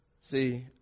See